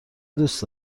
دوست